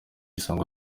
isango